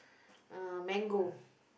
uh mango